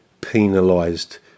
penalised